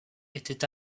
était